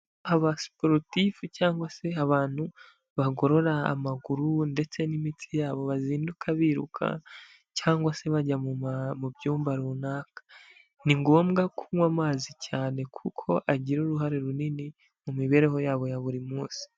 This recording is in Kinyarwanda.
Abasiporotifu cyangwa se abantu bagorora amaguru ndetse n'imitsi yabo bazinduka biruka, cyangwa se bajya mu byuma runaka. Ni ngombwa kunywa amazi cyane kuko agira uruhare runini mu mibereho yabo ya buri munsi.